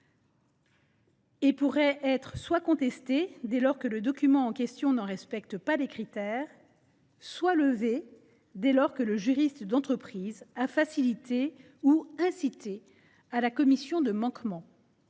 et pourra être soit contestée, dès lors que le document en question n’en respecte pas les critères, soit levée, dès lors que le juriste d’entreprise a facilité ou incité à la commission de manquements.